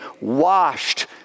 washed